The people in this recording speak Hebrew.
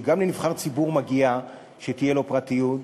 וגם לנבחר ציבור מגיע שתהיה לו פרטיות,